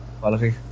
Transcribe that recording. quality